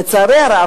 לצערי הרב,